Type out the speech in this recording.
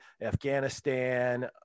Afghanistan